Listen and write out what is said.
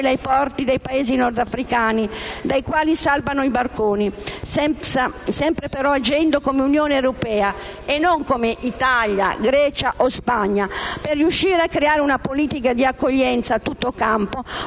ai porti dei Paesi nordafricani dai quali salpano i barconi, ma sempre agendo come Unione europea e non come Italia, Grecia o Spagna. Per riuscire a creare una politica di accoglienza a tutto campo